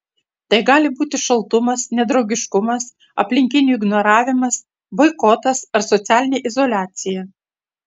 tai gali būti šaltumas nedraugiškumas aplinkinių ignoravimas boikotas ar socialinė izoliacija